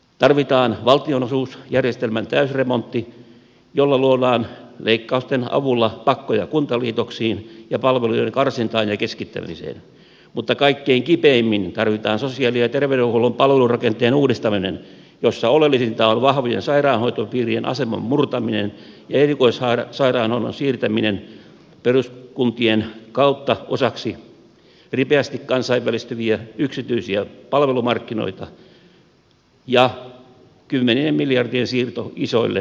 tarvitaan valtionosuusjärjestelmän täysremontti jolla luodaan leikkausten avulla pakkoja kuntaliitoksiin ja palveluiden karsintaan ja keskittämiseen mutta kaikkein kipeimmin tarvitaan sosiaali ja terveydenhuollon palvelurakenteen uudistaminen jossa oleellisinta on vahvojen sairaanhoitopiirien aseman murtaminen ja erikoissairaanhoidon siirtäminen peruskuntien kautta osaksi ripeästi kansainvälistyviä yksityisiä palvelumarkkinoita ja kymmenien miljardien siirto isoille kansainvälisille toimijoille